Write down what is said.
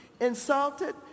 insulted